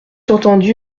entendu